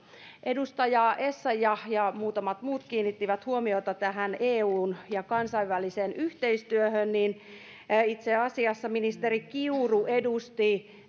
edustaja essayah ja ja muutamat muut kiinnittivät huomiota eun ja kansainväliseen yhteistyöhön itse asiassa ministeri kiuru edusti